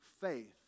faith